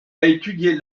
étudier